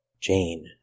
Jane